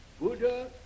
Buddha